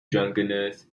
drunkenness